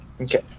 Okay